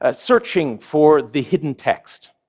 ah searching for the hidden text.